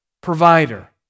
provider